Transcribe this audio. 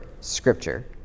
Scripture